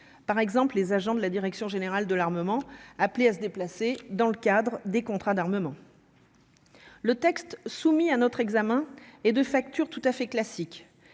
par exemple, les agents de la direction générale de l'armement, appelés à se déplacer dans le cadre des contrats d'armement. Le texte soumis à notre examen et de factures tout à fait classique